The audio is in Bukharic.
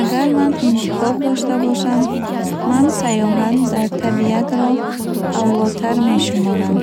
Агар ман интихоб дошта бошам, ман саёҳат дар табиатро авлотар мешуморам,